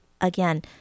again